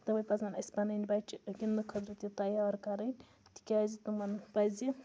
تَوَے پَزَن اَسہِ پَنٕنۍ بَچہٕ گِنٛدنہٕ خٲطرٕ تہِ تَیار کَرٕنۍ تکیازِ تِمَن پَزِ